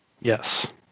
Yes